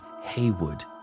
Haywood